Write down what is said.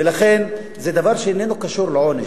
ולכן, זה דבר שאיננו קשור לעונש.